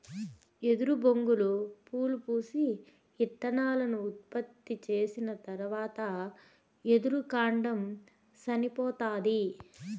ఎదురు బొంగులు పూలు పూసి, ఇత్తనాలను ఉత్పత్తి చేసిన తరవాత ఎదురు కాండం సనిపోతాది